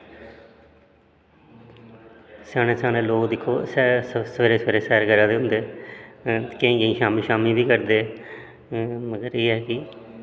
स्याने स्याने लोक दिक्खो सवेरे सवेरे सैर करा दे होंदे केईं केईं शाम्मी शाम्मी बी करदे मगर एह् ऐ कि